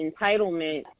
entitlement